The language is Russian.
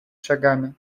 шагами